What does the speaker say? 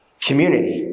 community